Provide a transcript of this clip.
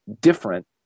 different